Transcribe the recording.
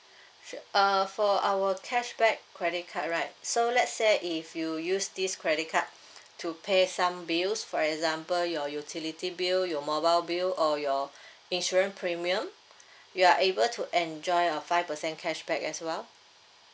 sure uh for our cashback credit card right so let's say if you use this credit card to pay some bills for example your utility bill your mobile bill or your insurance premium you are able to enjoy a five percent cashback as well